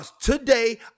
Today